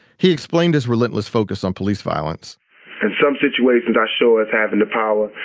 he explained his relentless focus on police violence in some situations, i show us having the power,